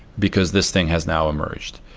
because this thing has now emerged?